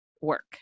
work